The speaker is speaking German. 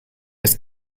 ist